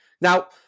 now